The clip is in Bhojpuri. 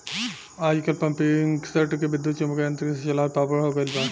आजकल पम्पींगसेट के विद्युत्चुम्बकत्व यंत्र से चलावल पॉपुलर हो गईल बा